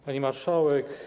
Pani Marszałek!